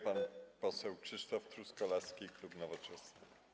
Pan poseł Krzysztof Truskolaski, klub Nowoczesna.